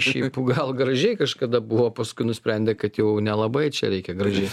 šiaip gal gražiai kažkada buvo paskui nusprendė kad jau nelabai čia reikia gražiai